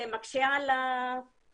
זה מקשה על האוכלוסייה.